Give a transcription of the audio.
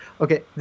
Okay